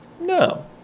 No